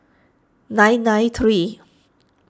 nine nine three